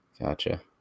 Gotcha